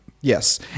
Yes